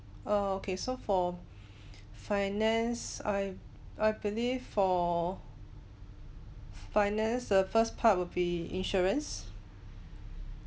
err okay so for finance I I believe for finance the first part will be insurance